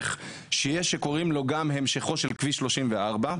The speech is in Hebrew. שיש שקוראים לו גם המשכו של כביש 34,